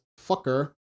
fucker